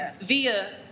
via